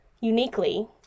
uniquely